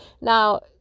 Now